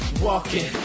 Walking